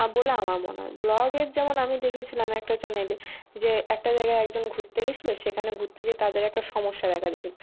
বলে আমার মনে হয় ব্লগের যেমন আমি দেখেছিলাম একটা চ্যানেলে যে একটা জায়গায় একজন ঘুরতে গেছিলো সেখানে ঘুরতে যেয়ে তাদের একটা সমস্যা দেখা দিয়েছিল